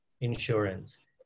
insurance